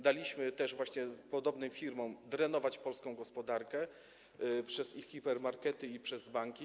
Daliśmy też właśnie podobnym firmom drenować polską gospodarkę przez ich hipermarkety i banki.